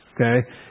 okay